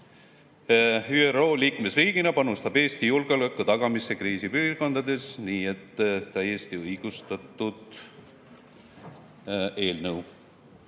ÜRO liikmesriigina panustab Eesti julgeoleku tagamisse kriisipiirkondades, nii et täiesti õigustatud eelnõu.